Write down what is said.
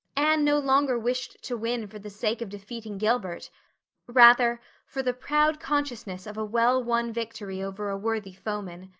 anne no longer wished to win for the sake of defeating gilbert rather, for the proud consciousness of a well-won victory over a worthy foeman.